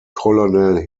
colonel